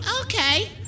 Okay